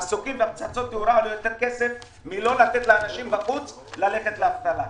המסוקים ופצצות תאורה עולות יותר מלא לתת לאנשים בחוץ ללכת לאבטלה.